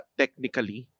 technically